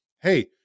hey